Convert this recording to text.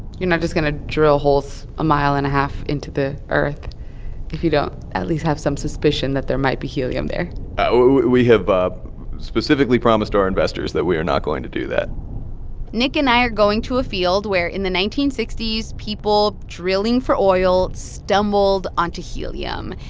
you're not just going to drill holes a mile and a half into the earth if you don't at least have some suspicion that there might be helium there we have specifically promised our investors that we are not going to do that nick and i are going to a field where, in the nineteen sixty s, people drilling for oil stumbled onto helium.